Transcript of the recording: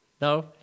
No